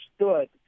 understood